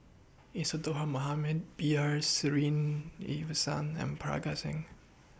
Isadhora Mohamed B R Sreenivasan and Parga Singh